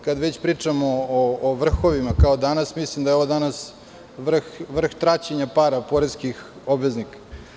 Kad već pričamo o vrhovima, kao danas, mislim da je ovaj danas vrh traćenja para poreskih obveznika.